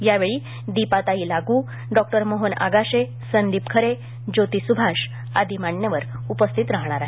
यावेळी दीपाताई लागू डॉ मोहन आगाशे संदिप खरे ज्योती स्भाष आदी मान्यवर उपस्थित राहणार आहेत